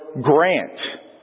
grant